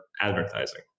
advertising